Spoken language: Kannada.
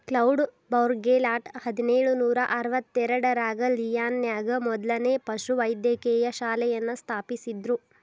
ಕ್ಲೌಡ್ ಬೌರ್ಗೆಲಾಟ್ ಹದಿನೇಳು ನೂರಾ ಅರವತ್ತೆರಡರಾಗ ಲಿಯಾನ್ ನ್ಯಾಗ ಮೊದ್ಲನೇ ಪಶುವೈದ್ಯಕೇಯ ಶಾಲೆಯನ್ನ ಸ್ಥಾಪಿಸಿದ್ರು